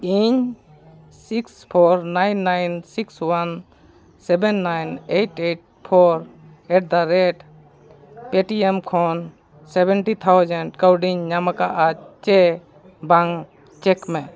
ᱤᱧ six four nine nine six one seven nine eight eight four ᱮᱴᱫᱟ ᱨᱮᱴ Paytm ᱠᱷᱚᱱ ᱥᱮᱵᱷᱮᱱᱴᱤ ᱛᱷᱟᱣᱡᱮᱱᱰ ᱠᱟᱹᱣᱰᱤᱧ ᱧᱟᱢ ᱟᱠᱟᱫᱟ ᱪᱮ ᱵᱟᱝ ᱪᱮᱠ ᱢᱮ